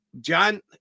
John